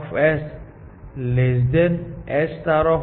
જો ગોલ તરફ જવા માટે વાસ્તવિક ખર્ચ h હોય તો તે h h